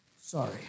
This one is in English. sorry